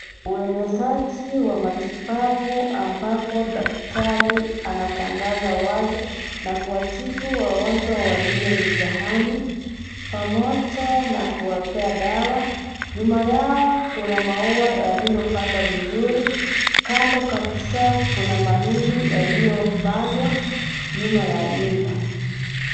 Uenezaji wa matibabu ambapo daktari anatangaza wazi na kuwatibu wagonjwa walio mitaani pamoja na kuwapea dawa. Nyuma yao kuna maua yaliyopandwa vizuri. Kando kabisa kuna mahindi yaliyopandwa nyuma ya nyumba.